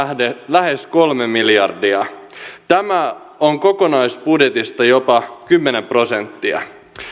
lähes kolme miljardia tämä on kokonaisbudjetista jopa kymmenen prosenttia